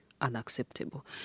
unacceptable